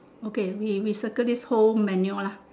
okay we we circle this whole menu lah